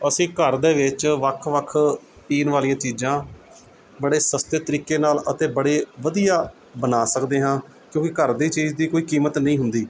ਅਸੀਂ ਘਰ ਦੇ ਵਿੱਚ ਵੱਖ ਵੱਖ ਪੀਣ ਵਾਲੀਆਂ ਚੀਜ਼ਾਂ ਬੜੇ ਸਸਤੇ ਤਰੀਕੇ ਨਾਲ਼ ਅਤੇ ਬੜੇ ਵਧੀਆ ਬਣਾ ਸਕਦੇ ਹਾਂ ਕਿਉਂਕਿ ਘਰ ਦੀ ਚੀਜ਼ ਦੀ ਕੋਈ ਕੀਮਤ ਨਹੀਂ ਹੁੰਦੀ